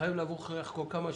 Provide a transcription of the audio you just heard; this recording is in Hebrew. חייב לבוא כל כמה שנה,